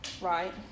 right